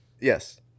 Yes